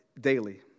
daily